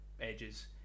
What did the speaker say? edges